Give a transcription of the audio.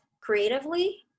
creatively